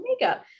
makeup